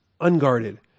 unguarded